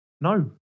No